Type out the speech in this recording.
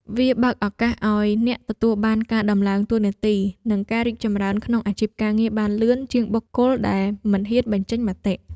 វាបើកឱកាសឱ្យអ្នកទទួលបានការតម្លើងតួនាទី និងការរីកចម្រើនក្នុងអាជីពការងារបានលឿនជាងបុគ្គលដែលមិនហ៊ានបញ្ចេញមតិ។